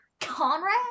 Conrad